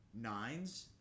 nines